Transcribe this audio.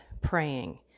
praying